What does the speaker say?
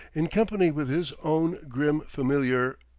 in company with his own grim familiar,